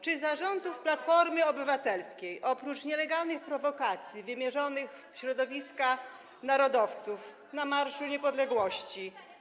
Czy za rządów Platformy Obywatelskiej oprócz nielegalnych prowokacji wymierzonych w środowiska narodowców na Marszu Niepodległości.